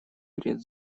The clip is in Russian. перед